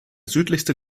südlichste